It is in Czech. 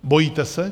Bojíte se?